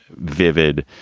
vivid,